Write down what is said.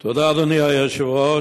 תודה, אדוני היושב-ראש,